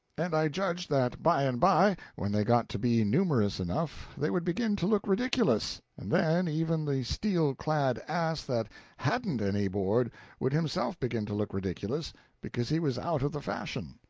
and i judged that by and by when they got to be numerous enough they would begin to look ridiculous and then, even the steel-clad ass that hadn't any board would himself begin to look ridiculous because he was out of the fashion.